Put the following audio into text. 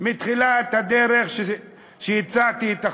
מתחילת הדרך, כשהצעתי את החוק,